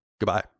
Goodbye